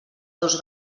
dos